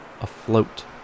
afloat